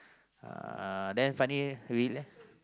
uh then funny weed leh